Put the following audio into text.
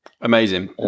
Amazing